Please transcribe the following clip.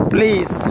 Please